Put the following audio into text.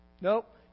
nope